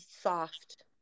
soft